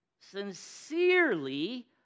sincerely